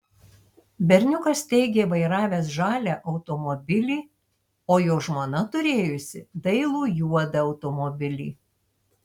berniukas teigė vairavęs žalią automobilį o jo žmona turėjusi dailų juodą automobilį